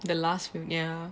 the last few ya